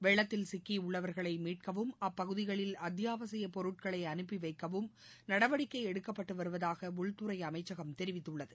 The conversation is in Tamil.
வெள்ளத்தில் சிக்கியுள்ளவர்களை மீட்கவும் அப்பகுதிகளில் அத்தியாவசியப் பொருட்களை அனுப்பி வைக்கவும் நடவடிக்கை எடுக்கப்பட்டு வருவதாக உள்துறை அமைச்சகம் தெரிவித்துள்ளது